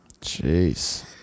Jeez